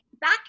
back